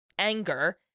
anger